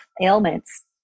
ailments